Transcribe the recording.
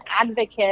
advocate